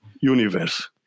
universe